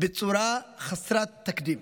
בצורה חסרת תקדים.